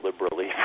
liberally